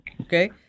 Okay